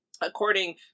according